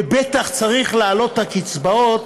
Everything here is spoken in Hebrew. ובטח צריך להעלות את הקצבאות